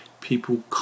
people